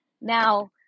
now